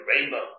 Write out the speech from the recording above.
rainbow